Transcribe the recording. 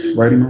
right,